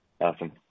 Awesome